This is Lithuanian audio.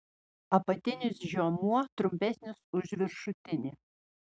apatinis žiomuo trumpesnis už viršutinį